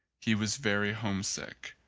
he was very homesick.